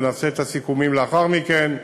ונעשה את הסיכומים לאחר מכן.